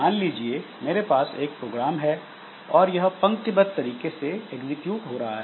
मान लीजिए मेरे पास एक प्रोग्राम है और यह पंक्ति बद्ध तरीके से एग्जिक्यूट हो रहा है